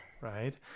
right